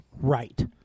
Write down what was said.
right